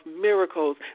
miracles